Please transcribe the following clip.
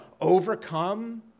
overcome